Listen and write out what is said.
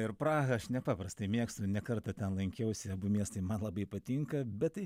ir prahą aš nepaprastai mėgstu ne kartą ten lankiausi abu miestai man labai patinka bet tai